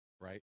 right